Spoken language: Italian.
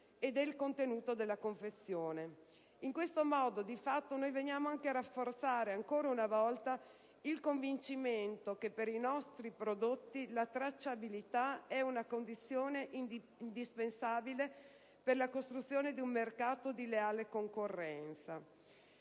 e del contenuto della confezione: in questo modo, noi veniamo anche a rafforzare ancora una volta il convincimento che per i nostri prodotti la tracciabilità è una condizione indispensabile per la costruzione di un mercato di leale concorrenza.